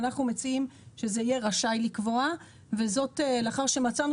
ואנחנו מציעים שזה יהיה "רשאי לקבוע" וזאת לאחר שמצאנו